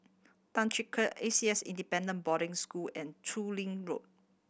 A C S Independent Boarding School and Chu Lin Road